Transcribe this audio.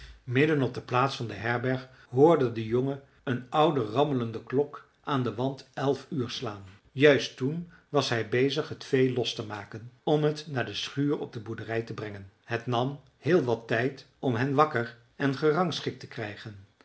midden op de plaats van de herberg hoorde de jongen een oude rammelende klok aan den wand elf uur slaan juist toen was hij bezig het vee los te maken om het naar de schuur op de boerderij te brengen het nam heel wat tijd om hen wakker en gerangschikt te krijgen